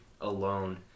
alone